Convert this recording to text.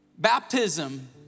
Baptism